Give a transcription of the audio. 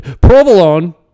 provolone